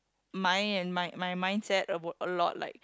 mind and my my mindset a a lot like